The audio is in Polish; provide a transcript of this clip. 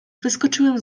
wyskoczyłem